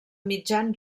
mitjan